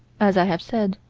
as i have said,